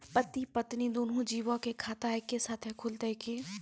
पति पत्नी दुनहु जीबो के खाता एक्के साथै खुलते की?